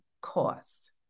costs